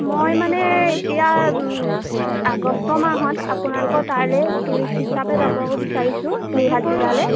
মই মানে এতিয়া আগষ্ট মাহত আপোনালোকৰ তালৈ টুৰিষ্ট হিচাপে যাব বিচাৰিছোঁ যোৰহাট জিলালৈ